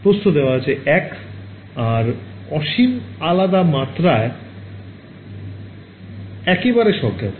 প্রস্থ দেওয়া আছে ১ আর অসীম আলাদা মাত্রায় একেবারে স্বজ্ঞাত